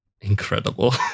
Incredible